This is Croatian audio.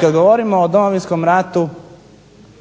Kad govorimo o Domovinskom ratu